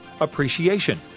Appreciation